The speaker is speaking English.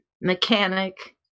mechanic